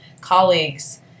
colleagues